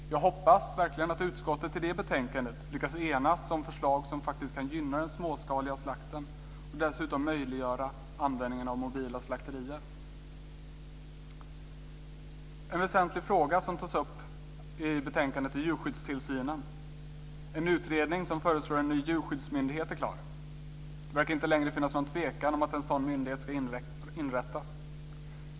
Jag hoppas verkligen att utskottet i det betänkandet lyckas enas om förslag som faktiskt kan gynna den småskaliga slakten och dessutom möjliggöra användningen av mobila slakterier. En väsentlig fråga som tas upp i betänkandet är djurskyddstillsynen. En utredning som föreslår en ny djurskyddsmyndighet är klar. Det verkar inte längre finnas någon tvekan om att en sådan myndighet ska inrättas.